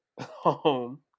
home